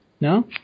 No